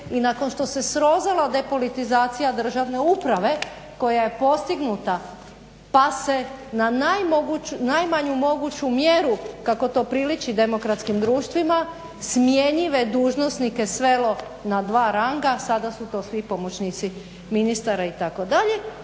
i nakon što se srozala depolitizacija državne uprave koja je postignuta pa se na najmanju moguću mjeru kako to priliči demokratskim društvima smjenjive dužnosnike svelo na dva ranga. Sada su to svi pomoćnici ministara itd.